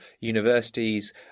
universities